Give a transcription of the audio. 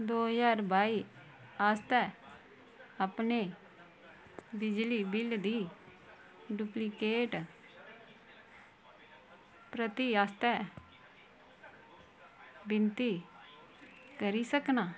दो ज्हार बाई आस्तै अपने बिजली बिल दी डुप्लिकेट प्रति आस्तै बिनती करी सकनां